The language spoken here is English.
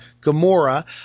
Gamora